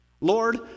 Lord